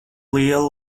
liela